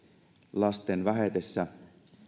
lasten vähetessä